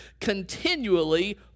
continually